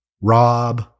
Rob